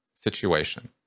situation